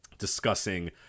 discussing